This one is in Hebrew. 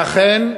אכן,